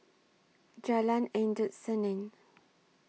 Jalan Endut Senin